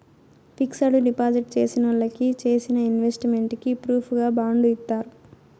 fixed deposit చేసినోళ్ళకి చేసిన investment కి ప్రూఫుగా బాండ్ ఇత్తారు